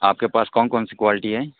آپ کے پاس کون کون سی کوالٹی ہیں